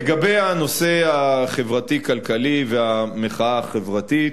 לגבי הנושא החברתי-כלכלי והמחאה החברתית,